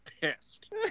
pissed